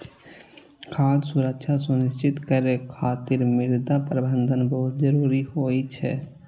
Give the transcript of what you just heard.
खाद्य सुरक्षा सुनिश्चित करै खातिर मृदा प्रबंधन बहुत जरूरी होइ छै